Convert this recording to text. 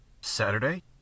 Saturday